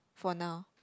for now